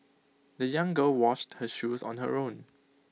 the young girl washed her shoes on her own